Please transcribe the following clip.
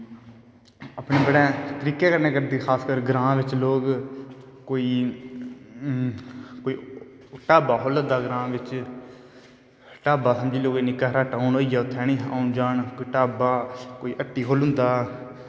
अपनैं तराकै कन्नै करदे खार कर ग्रांऽ च लोग कोेई ढांबा खोला दा ग्रां बिच्च ढाबा समझी लैओ निक्का हारा टा'उन होईया उत्थें औंन जान कोई ढाबा कोई हट्टी खोल्ली लैंदा